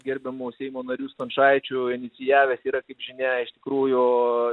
gerbiamu seimo nariu stančaičiu inicijavęs yra kaip žinia iš tikrųjų